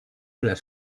les